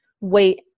wait